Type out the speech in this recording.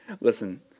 Listen